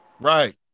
Right